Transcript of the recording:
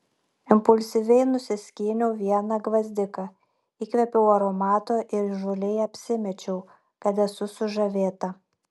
impulsyviai nusiskyniau vieną gvazdiką įkvėpiau aromato ir įžūliai apsimečiau kad esu sužavėta